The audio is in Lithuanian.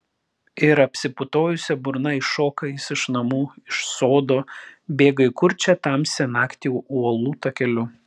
ir apsiputojusia burna iššoka jis iš namų iš sodo bėga į kurčią tamsią naktį uolų takeliu